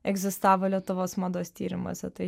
egzistavo lietuvos mados tyrimuose tai